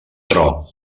tro